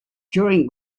during